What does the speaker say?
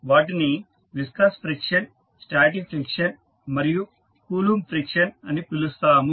వాటిని viscous friction static friction మరియు Coulomb friction అని పిలుస్తాము